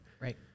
Right